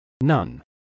None